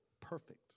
perfect